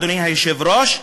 אדוני היושב-ראש,